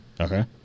okay